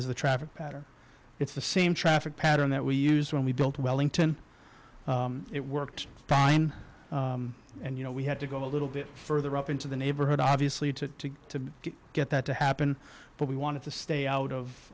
is the traffic pattern it's the same traffic pattern that we used when we built wellington it worked fine and you know we had to go a little bit further up into the neighborhood obviously to to to get that to happen but we wanted to stay out of